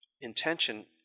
intention